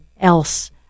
else